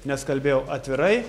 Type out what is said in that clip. nes kalbėjau atvirai